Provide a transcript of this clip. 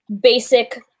basic